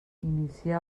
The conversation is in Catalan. inicià